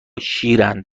شیرند